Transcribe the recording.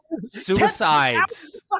suicides